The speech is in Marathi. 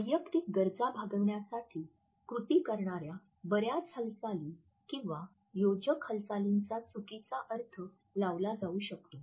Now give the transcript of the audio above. वैयक्तिक गरजा भागविण्यासाठी कृती करणार्या बर्याच हालचाली किंवा योजक हालचालीचा चुकीचा अर्थ लावला जाऊ शकतो